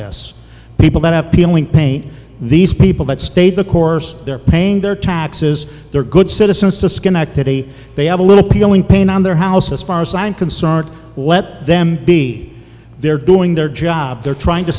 this people that have peeling paint these people that stay the course they're paying their taxes they're good citizens to schenectady they have a little peeling paint on their house as far as i'm concerned let them be they're doing their job they're trying to